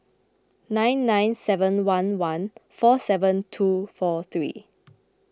nine nine seven one one four seven two four three